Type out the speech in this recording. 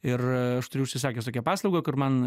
ir aš turiu užsisakęs tokią paslaugą kur man